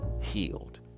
healed